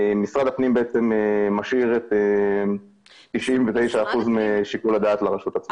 משרד הפנים בעצם משאיר את 99% משיקול הדעת לרשות עצמה.